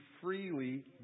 freely